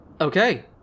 Okay